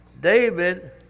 David